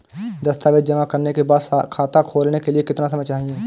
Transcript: दस्तावेज़ जमा करने के बाद खाता खोलने के लिए कितना समय चाहिए?